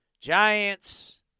Giants